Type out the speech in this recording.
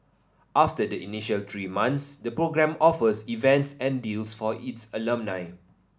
after the initial three months the program offers events and deals for its alumni